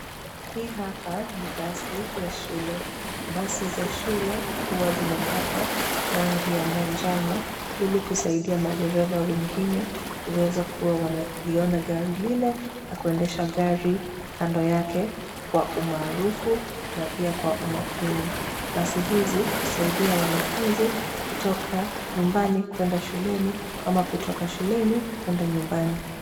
Hii hapa ni basi ya shule. Basi za shule huwa zimepakwa rangi ya manjano, ili kusaidia madereva wengine kuweza kuwa wanaweza ku liona gari lile, na kuendesha gari kando yake kwa umaarufu na pia kwa umakini. Basi hizi husaidia wanafunzi kuoka nyumbani kwenda shuleni ama kutoka shuleni kwenda nyumbani.